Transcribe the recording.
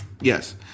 Yes